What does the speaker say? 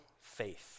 faith